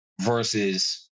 versus